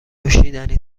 نوشیدنی